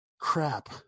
Crap